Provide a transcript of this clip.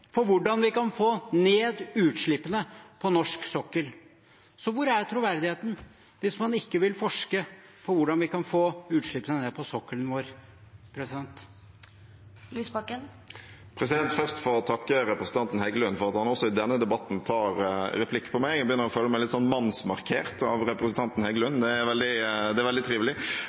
på hvordan vi kan få ned utslippene på norsk sokkel. Hvor er troverdigheten hvis man ikke vil forske på hvordan vi kan få ned utslippene på sokkelen vår? Først får jeg takke representanten Heggelund for at han også i denne debatten tar replikk på meg. Jeg begynner å føle meg litt mannsmarkert av representanten Heggelund, det er veldig trivelig.